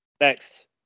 Next